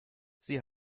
sie